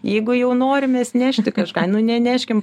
jeigu jau norim mes nešti kažką nu neneškim